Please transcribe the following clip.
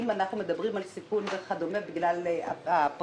אם אנחנו מדברים על סיכון וכדומה בגלל הפרמיות,